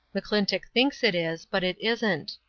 mcclintock thinks it is but it isn't.